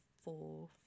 four